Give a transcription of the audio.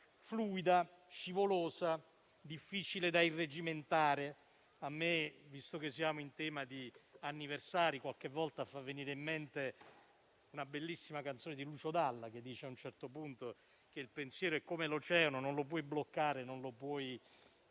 fluida, scivolosa, difficile da irreggimentare e che, visto che siamo in tema di anniversari, qualche volta a me fa venire in mente una bellissima canzone di Lucio Dalla, che a un certo punto dice che il pensiero è come l'oceano: non lo puoi bloccare, non lo puoi